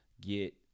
get